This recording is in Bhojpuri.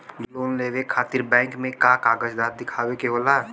लोन लेवे खातिर बैंक मे का कागजात दिखावे के होला?